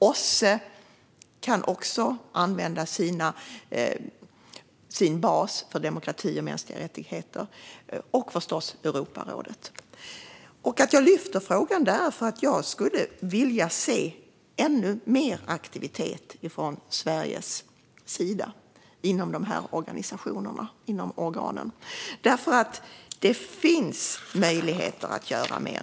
OSSE kan också använda sin bas för demokrati och mänskliga rättigheter, liksom förstås Europarådet. Jag tar upp detta för att jag skulle vilja se ännu mer aktivitet från Sveriges sida inom dessa organ. Det finns nämligen möjligheter att göra mer.